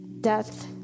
Death